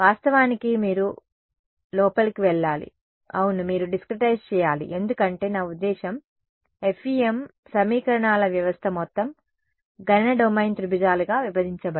వాస్తవానికి మీరు అవును లోపలికి వెళ్లాలి అవును మీరు డిస్క్రెటైస్ చేయాలి ఎందుకంటే నా ఉద్దేశ్యం FEM సమీకరణాల వ్యవస్థ మొత్తం గణన డొమైన్ త్రిభుజాలుగా విభజించబడింది